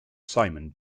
simon